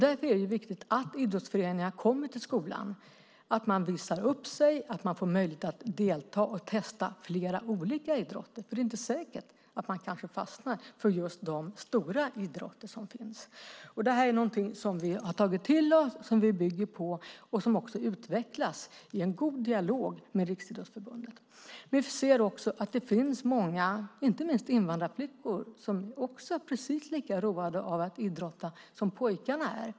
Därför är det viktigt att idrottsföreningarna kommer till skolan och visar upp sig och att eleverna får möjlighet att delta och testa flera olika idrotter, för det är inte säkert att man fastnar för just de stora idrotterna. Detta är någonting som vi har tagit till oss, som vi bygger på och som utvecklas i en god dialog med Riksidrottsförbundet. Vi ser också att det finns många flickor, inte minst invandrarflickor, som är precis lika roade av att idrotta som pojkarna är.